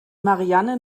marianne